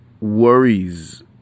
worries